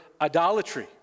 idolatry